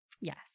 Yes